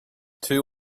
two